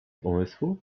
umysłu